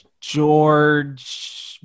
George